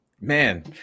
man